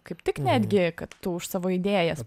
kaip tik netgi kad tu už savo idėjas